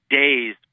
days